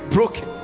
Broken